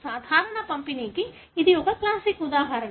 సాధారణ పంపిణీకి ఇది ఒక క్లాసిక్ ఉదాహరణ